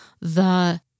the-